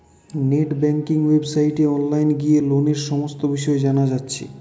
net banking ওয়েবসাইটে online গিয়ে লোনের সমস্ত বিষয় জানা যাচ্ছে